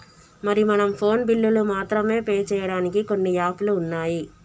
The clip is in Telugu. మరి మనం ఫోన్ బిల్లులు మాత్రమే పే చేయడానికి కొన్ని యాప్లు ఉన్నాయి